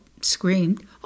screamed